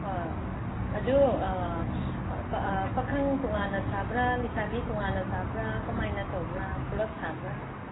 ꯍꯣꯏ ꯑꯗꯨ ꯄꯥꯈꯪ ꯇꯣꯉꯥꯟꯅ ꯁꯥꯕ꯭ꯔꯥ ꯂꯩꯁꯥꯕꯤ ꯇꯣꯉꯥꯟꯅ ꯁꯥꯕ꯭ꯔꯥ ꯀꯃꯥꯏꯅ ꯇꯧꯕ꯭ꯔꯥ ꯄꯨꯂꯞ ꯁꯥꯕ꯭ꯔꯥ